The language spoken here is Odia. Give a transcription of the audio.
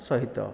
ସହିତ